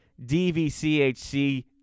DVCHC